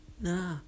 Nah